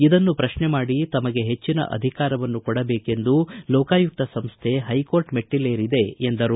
ಇದನ್ನು ಪ್ರಕ್ಷೆಮಾಡಿ ತಮಗೆ ಹೆಚ್ಚಿನ ಅಧಿಕಾರವನ್ನು ಕೊಡಬೇಕೆಂದು ಲೋಕಾಯುಕ್ತ ಸಂಸ್ಥೆ ಹೈಕೋರ್ಟ್ ಮೆಟ್ಟಲೇರಿದೆ ಎಂದರು